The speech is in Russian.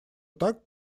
так